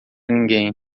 ninguém